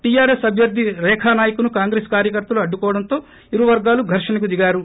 TRS అభ్యర్ది రేఖా నాయక్ను కాంగ్రెస్ కార్యకర్తలు అడ్గుకోవడం తో ఇరు వర్గాలు ఘర్గణకు దిగారు